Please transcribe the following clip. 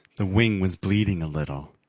the wing was bleeding a little.